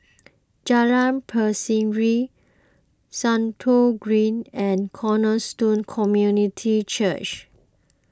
Jalan Berseri Stratton Green and Cornerstone Community Church